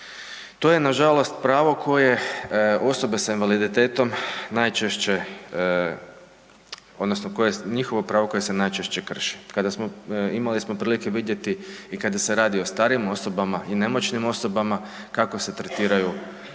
To je nažalost pravo koje osobe s invaliditetom odnosno njihovo pravo koje se najčešće krši. Imali smo prilike vidjeti i kada se radi o starijim i nemoćnim osobama kako se tretiraju